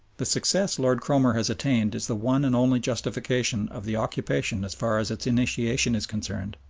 the success lord cromer has attained is the one and only justification of the occupation as far as its initiation is concerned.